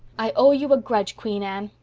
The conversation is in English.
i owe you a grudge, queen anne.